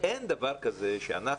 אין דבר כזה שאנחנו,